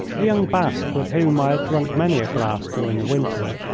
a young basque with whom i had drunk many a glass during the winter.